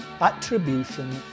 Attribution